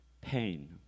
pain